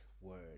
word